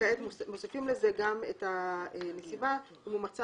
וכעת מוסיפים לזה גם את הנסיבה: אם הוא מצא